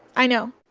i know.